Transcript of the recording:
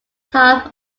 half